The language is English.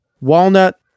Walnut